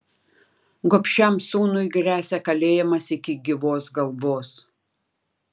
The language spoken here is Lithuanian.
gobšiam sūnui gresia kalėjimas iki gyvos galvos